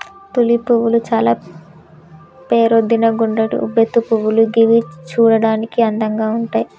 tulip పువ్వులు చాల పేరొందిన గుండ్రటి ఉబ్బెత్తు పువ్వులు గివి చూడడానికి అందంగా ఉంటయ్